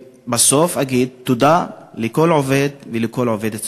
בסוף אני אגיד תודה לכל עובד ולכל עובדת סוציאליים.